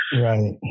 Right